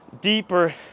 deeper